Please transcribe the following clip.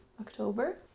October